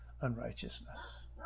unrighteousness